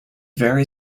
very